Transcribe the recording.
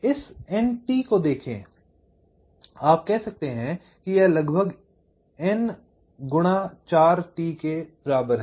इस nT को देखें तो आप कह सकते हैं कि यह लगभग n × 4t के बराबर है